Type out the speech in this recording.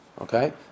Okay